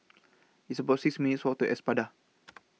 It's about six minutes' Walk to Espada